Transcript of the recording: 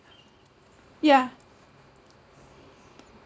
yeah